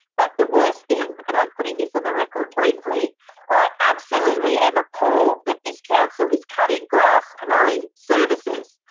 but the worst thing and i'm putting this on the record briefly i absolutely am appalled that this council is cutting grass and mowing services.